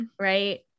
Right